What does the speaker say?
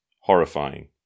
horrifying